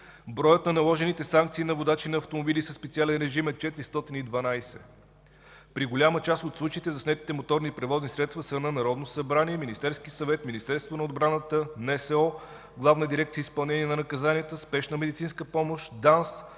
Броят на наложените санкции на водачи на автомобили със специален режим е 412. При голяма част от случаите заснетите моторни превозни средства са на Народното събрание, Министерския съвет, Министерството на отбраната, Националната служба за охрана, Главна дирекция „Изпълнение на наказанията”, Спешна медицинска помощ, ДАНС,